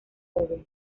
joven